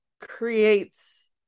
creates